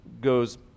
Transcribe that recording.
goes